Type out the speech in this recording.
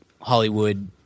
Hollywood